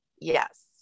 Yes